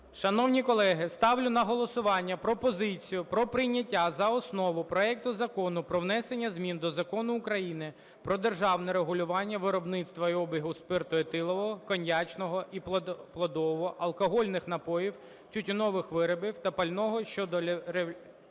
Шановні колеги, ставлю на голосування пропозицію про прийняття за основу проекту Закону про внесення змін до Закону України "Про державне регулювання виробництва і обігу спирту етилового, коньячного і плодового, алкогольних напоїв, тютюнових виробів та пального" щодо лібералізації